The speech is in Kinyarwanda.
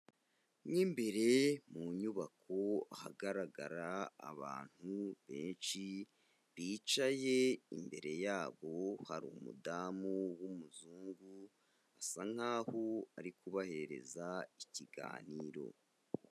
Mo imbere mu nyubako ahagaragara abantu benshi bicaye, imbere yabo hari umudamu w'umuzungu asa nkaho ari kubahereza ikiganiro.